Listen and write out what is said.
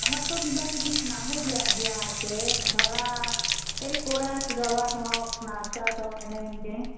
আমাকতো কিবা কিবি নামো দিয়া দিয়া আছে ধৰা এই ক'ৰাচ গাবাত হওক নাচাত হওক এনেহেনকে